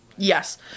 Yes